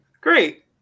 Great